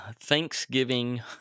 Thanksgiving